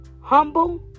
humble